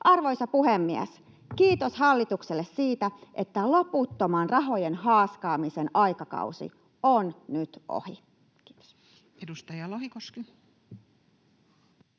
Arvoisa puhemies! Kiitos hallitukselle siitä, että loputtoman rahojen haaskaamisen aikakausi on nyt ohi. — Kiitos.